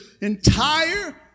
entire